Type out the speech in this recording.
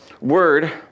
word